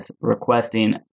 requesting